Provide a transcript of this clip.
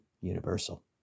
universal